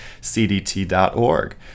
cdt.org